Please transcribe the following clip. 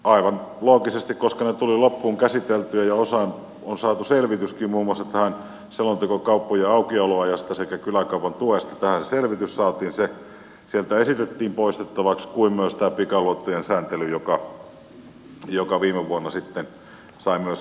sen sijaan koska muun muassa kauppojen aukioloajat sekä kyläkaupan tuki tuli loppuun käsiteltyä ja osaan on saatu selvityskin muun muassa tähän selontekoon kauppojen aukioloajasta sekä kyläkaupan tuesta saatiin se selvitys niin aivan loogisesti ne sieltä esitettiin poistettavaksi kuin myös tämä pikaluottojen sääntely joka viime vuonna sitten sai myöskin lainsäädäntömuodon